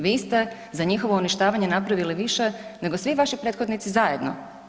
Vi ste za njihovo uništavanje napravili više nego svi vaši prethodnici zajedno.